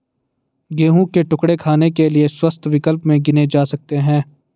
गेहूं के टुकड़े खाने के लिए स्वस्थ विकल्प में गिने जा सकते हैं